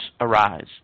arise